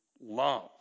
love